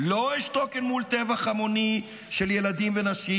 לא אשתוק אל מול טבח המוני של ילדים ונשים.